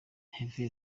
herve